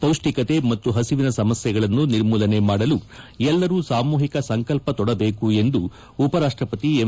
ಪೌಷ್ಷಿಕತೆ ಮತ್ತು ಹಸಿವಿನ ಸಮಸ್ಕೆಗಳನ್ನು ನಿರ್ಮೂಲನೆ ಮಾಡಲು ಎಲ್ಲರೂ ಸಾಮೂಹಿಕ ಸಂಕಲ್ಪ ತೊಡಬೇಕು ಎಂದು ಉಪ ರಾಷ್ಟ ಪತಿ ಎಂ